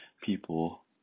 people